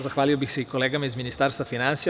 Zahvalio bih se i kolegama iz Ministarstva finansija.